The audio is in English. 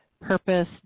purpose